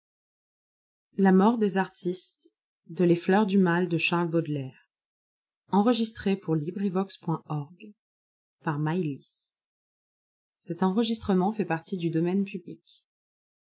les fleurs du mal ne